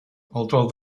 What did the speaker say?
although